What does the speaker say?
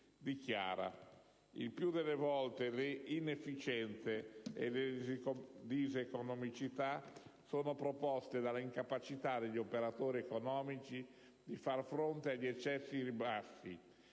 dichiarato: «Il più delle volte le inefficienze e le diseconomicità sono provocate dall'incapacità degli operatori economici a far fronte agli eccessivi ribassi